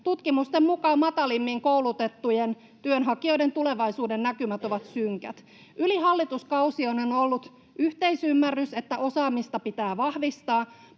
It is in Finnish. Tutkimusten mukaan matalimmin koulutettujen työnhakijoiden tulevaisuudennäkymät ovat synkät. Yli hallituskausien on ollut yhteisymmärrys, että osaamista pitää vahvistaa,